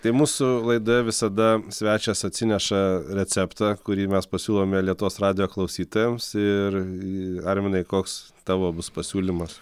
tai mūsų laidoje visada svečias atsineša receptą kurį mes pasiūlome lietuvos radijo klausytojams ir arminai koks tavo pasiūlymas